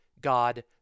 God